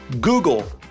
Google